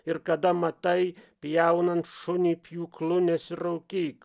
ir kada matai pjaunant šunį pjūklu nesiraukyk